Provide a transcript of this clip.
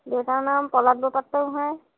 দেউতাৰ নাম পলাশ বৰপাত্ৰগোঁহাই